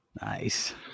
Nice